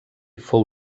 fou